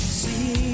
see